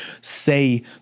say